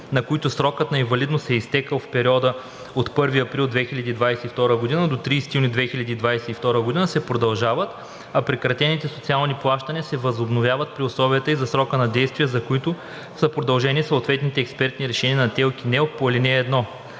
на които срокът на инвалидност е изтекъл в периода от 1 април 2022 г. до 30 юни 2022 г., се продължават, а прекратените социални плащания се възобновяват, при условията и за срока на действие, за който са продължени съответните експертни решения на ТЕЛК и НЕЛК по ал. 1.